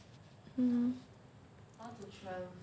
hmm